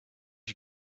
you